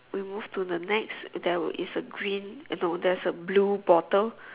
we move to the next there is a green no there is a blue bottle